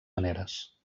maneres